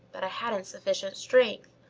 but i hadn't sufficient strength.